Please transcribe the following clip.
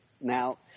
Now